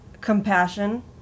compassion